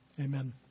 Amen